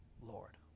Lord